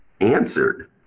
answered